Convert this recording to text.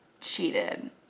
cheated